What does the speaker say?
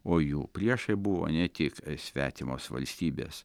o jų priešai buvo ne tik svetimos valstybės